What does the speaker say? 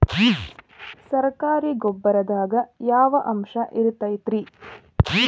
ಸರಕಾರಿ ಗೊಬ್ಬರದಾಗ ಯಾವ ಅಂಶ ಇರತೈತ್ರಿ?